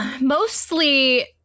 mostly